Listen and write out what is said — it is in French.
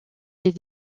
les